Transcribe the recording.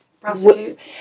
Prostitutes